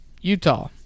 Utah